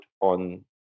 on